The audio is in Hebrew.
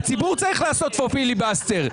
הציבור צריך לעשות פה פיליבסטר.